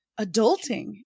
adulting